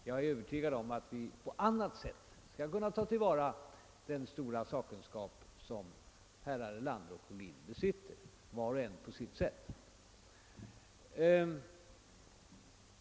Jag är övertygad om att vi i annan form skall kunna ta till vara den stora sakkunskap som herrar Erlander och Ohlin besitter, var och en på sitt sätt.